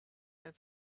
and